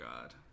god